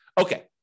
Okay